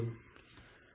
ಹೇಗೆ ಮಾಡುವುದು